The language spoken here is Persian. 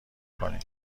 کنی